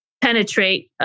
penetrate